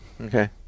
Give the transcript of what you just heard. Okay